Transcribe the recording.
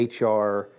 HR